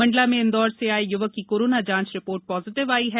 मंडला में इंदौर सा आए य्वक की कोरोना जांच रिपोर्ट पॉजीटिव आई है